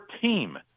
team